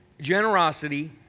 Generosity